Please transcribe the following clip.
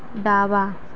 डावा